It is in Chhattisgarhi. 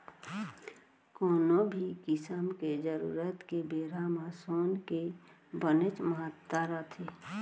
कोनो भी किसम के जरूरत के बेरा म सोन के बनेच महत्ता रथे